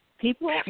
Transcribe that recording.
People